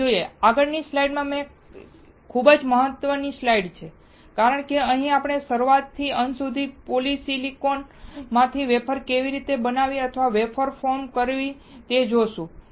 ચાલો જોઈએ આગળની સ્લાઇડ અને જે ખૂબ મહત્વની સ્લાઇડ છે કારણ કે અહીં આપણે શરૂઆતથી અંત સુધી પોલિસિલિકન માંથી વેફર કેવી રીતે બનાવવી અથવા વેફર ફોર્મ કરવી તે જોશું